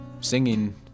singing